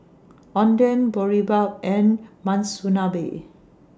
Oden Boribap and Monsunabe